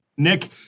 Nick